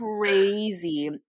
crazy